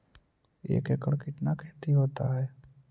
एक एकड़ कितना खेति होता है?